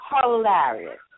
hilarious